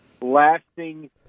lasting